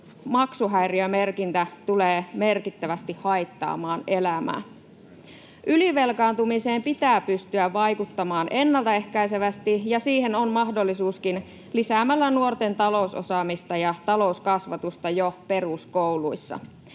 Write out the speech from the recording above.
maksuhäiriömerkintä tulee merkittävästi haittaamaan elämää. Ylivelkaantumiseen pitää pystyä vaikuttamaan ennaltaehkäisevästi, ja siihen on mahdollisuuskin lisäämällä nuorten talousosaamista ja talouskasvatusta jo peruskouluissa.